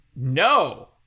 no